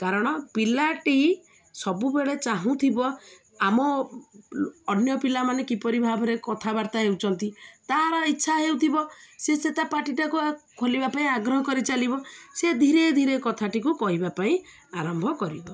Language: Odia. କାରଣ ପିଲାଟି ସବୁବେଳେ ଚାହୁଁଥିବ ଆମ ଅନ୍ୟ ପିଲାମାନେ କିପରି ଭାବରେ କଥାବାର୍ତ୍ତା ହେଉଛନ୍ତି ତା'ର ଇଚ୍ଛା ହେଉଥିବ ସେ ସେ ତା ପାର୍ଟିଟାକୁ ଖୋଲିବା ପାଇଁ ଆଗ୍ରହ କରି ଚାଲିବ ସେ ଧୀରେ ଧୀରେ କଥାଟିକୁ କହିବା ପାଇଁ ଆରମ୍ଭ କରିବ